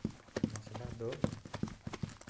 ᱢᱚᱥᱞᱟ ᱫᱚ